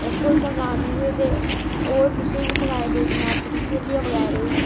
इक हर मंगानी में ते होर कुसै ताई बी मंगाई देनियां अपनी स्हेली बगैरा गी